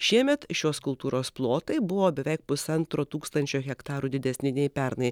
šiemet šios kultūros plotai buvo beveik pusantro tūkstančio hektarų didesni nei pernai